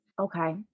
Okay